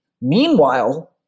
Meanwhile